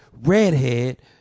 redhead